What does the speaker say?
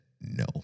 no